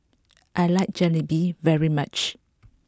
I like Jalebi very much